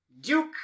Duke